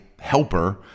helper